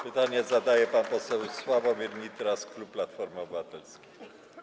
Pytanie zadaje pan poseł Sławomir Nitras, klub Platforma Obywatelska.